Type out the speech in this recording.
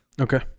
Okay